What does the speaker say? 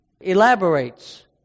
elaborates